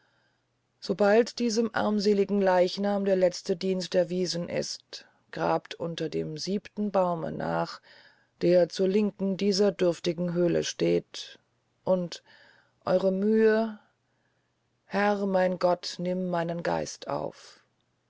sobald diesem armseligen leichnam der letzte dienst erwiesen ist grabt unter dem siebenten baume nach der zur linken dieser dürftigen höhle steht und eure mühe herr mein gott nimm meinen geist auf